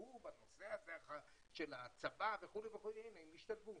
'תשתלבו בנושא של הצבא' וכולי, הנה, הם השתלבו,